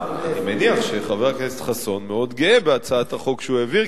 אני מניח שחבר הכנסת חסון מאוד גאה בהצעת החוק שהוא העביר,